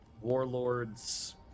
warlord's